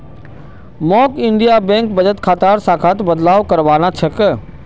मौक Indian Bank बचत खातार शाखात बदलाव करवाना छ